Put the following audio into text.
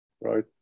right